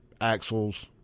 axles